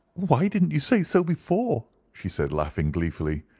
why didn't you say so before? she said, laughing gleefully.